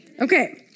Okay